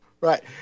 right